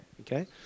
Okay